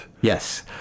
Yes